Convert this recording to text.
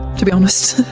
to be honest,